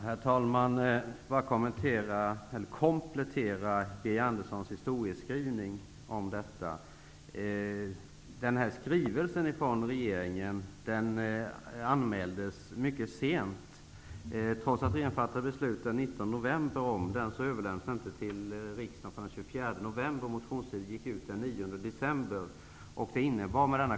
Herr talman! Jag skall bara komplettera Birger Anderssons historieskrivning om detta. Denna skrivelse från regeringen anmäldes mycket sent. Trots att regeringen fattade beslut den 19 november om den, överlämnades den inte till riksdagen förrän den 24 november. Motionstiden gick ut den 9 december.